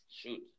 shoot